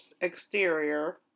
exterior